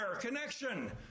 connection